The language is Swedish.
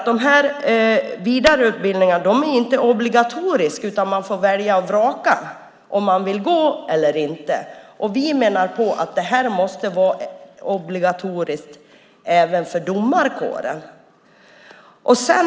De här vidareutbildningarna är inte obligatoriska, utan man får välja om man vill gå eller inte. Vi menar att det måste vara obligatoriskt även för domarkåren.